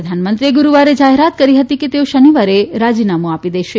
પ્રધાનમંત્રીએ ગુરૂવારે જાહેરાત કરીહતી કે તેઓ શનિવારે રાજીનામું આપી દેશે